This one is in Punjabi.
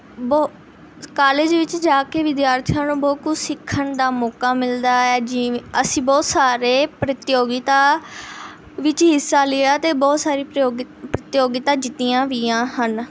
ਕਾਲਜ ਵਿੱਚ ਜਾ ਕੇ ਵਿਦਿਆਰਥੀਆਂ ਨੂੰ ਬਹੁਤ ਕੁਝ ਸਿੱਖਣ ਦਾ ਮੌਕਾ ਮਿਲਦਾ ਹੈ ਜਿਵੇਂ ਅਸੀਂ ਬਹੁਤ ਸਾਰੇ ਪ੍ਰਤਿਯੋਗਿਤਾ ਵਿੱਚ ਹਿੱਸਾ ਲਿਆ ਅਤੇ ਬਹੁਤ ਸਾਰੀ ਪ੍ਰਤਿਯੋਗਿਤਾ ਜਿੱਤੀਆਂ ਵੀ ਹਨ